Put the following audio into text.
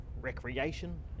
recreation